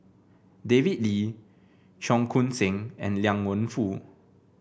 David Lee Cheong Koon Seng and Liang Wenfu